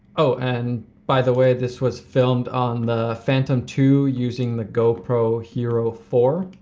oh, and by the way, this was filmed on the phantom two, using the go pro hero four.